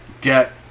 get